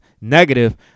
negative